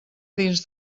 dins